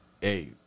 hey